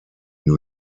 new